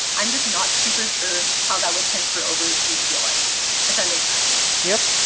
i'm just not super sure how that would transfer over to real life if that makes sense. yeah, no,